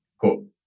Cool